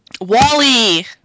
Wally